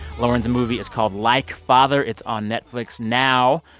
lauren's movie is called like father. it's on netflix now.